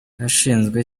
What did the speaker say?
hashinzwe